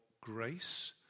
grace